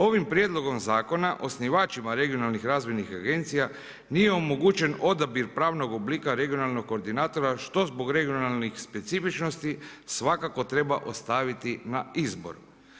Ovim prijedlogom zakona osnivačima regionalnih razvojnih agencija nije omogućen odabir pravnog oblika regionalnog koordinatora što zbog regionalnih specifičnosti svakako treba ostaviti na izbor.